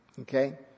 okay